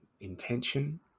intention